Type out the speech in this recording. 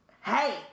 hey